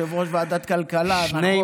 יושב-ראש ועדת כלכלה, נכון?